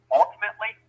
ultimately